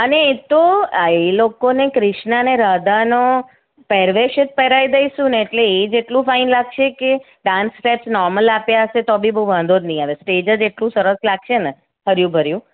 અને એ તો આ એ લોકોને ક્રિષ્ના ને રાધાનો પહેરવેશ જ પહેરાવી દઈશુને એટલે એ જેટલું ફાઇન લાગશે કે ડાન્સ સ્ટેપ નોર્મલ આપ્યા હશે તો બી બહુ વાંધો નહીં આવે સ્ટેજ જ એટલું સરસ લાગશે ને હર્યુંભર્યું